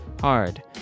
hard